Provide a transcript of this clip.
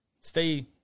stay